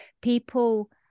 people